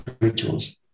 rituals